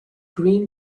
green